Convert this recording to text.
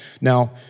Now